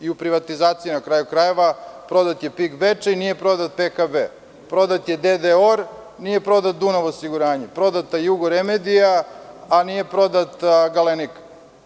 U privatizaciji, na kraju krajeva, prodat je PIK „Bečej“, nije prodat PKB, prodat je DDOR, nije prodat „Dunav osiguranje“, prodata je „Jugoremedija“, a nije prodata „Galenika“